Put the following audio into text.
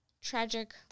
tragic